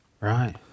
Right